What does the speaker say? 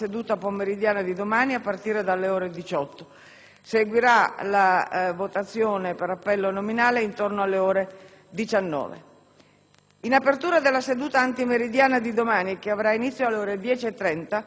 Seguirà la votazione per appello nominale intorno alle ore 19. In apertura della seduta antimeridiana di domani, che avrà inizio alle ore 10,30, la Presidenza ricorderà il «Giorno della Memoria».